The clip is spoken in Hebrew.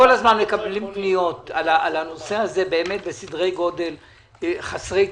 מקבלים פניות על הנושא הזה בסדרי גודל חסרי תקדים.